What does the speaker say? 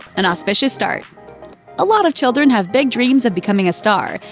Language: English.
an auspicious start a lot of children have big dreams of becoming a star,